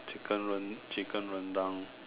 chicken ren~ chicken rendang